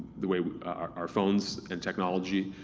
the way our phones and technology,